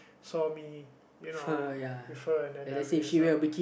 saw me you know with her and